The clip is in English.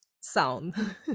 Sound